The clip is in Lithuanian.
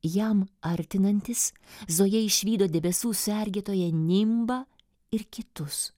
jam artinantis zoja išvydo debesų sergėtoją nimbą ir kitus